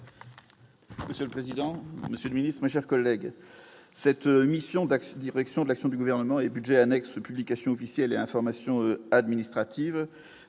Monsieur le président, monsieur le ministre, chers collègues, cette mission taxi, direction de l'action du gouvernement et budget annexe Publications officielles et information administrative